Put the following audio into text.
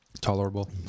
tolerable